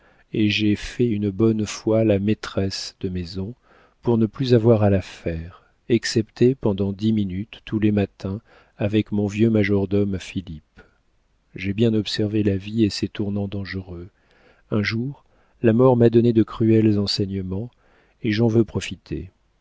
et j'ai fait une bonne fois la maîtresse de maison pour ne plus avoir à la faire excepté pendant dix minutes tous les matins avec mon vieux majordome philippe j'ai bien observé la vie et ses tournants dangereux un jour la mort m'a donné de cruels enseignements et j'en veux profiter